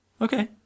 Okay